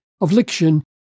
affliction